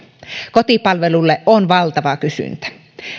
kotipalvelulle on valtava kysyntä